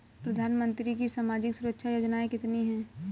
प्रधानमंत्री की सामाजिक सुरक्षा योजनाएँ कितनी हैं?